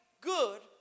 good